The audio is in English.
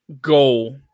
goal